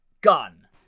gun